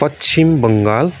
Paschim Bengal